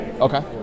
Okay